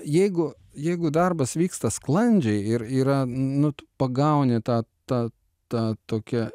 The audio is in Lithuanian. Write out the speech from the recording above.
jeigu jeigu darbas vyksta sklandžiai ir yra nu tu pagauni tą tą tą tokią